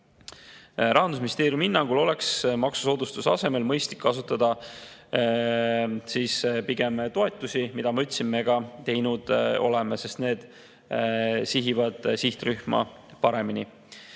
Rahandusministeeriumi hinnangul oleks maksusoodustuse asemel mõistlik kasutada pigem toetusi, mida me, nagu ma ütlesin, ka teinud oleme, sest need sihivad sihtrühma paremini.